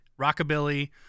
rockabilly